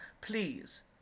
please